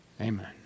Amen